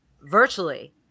virtually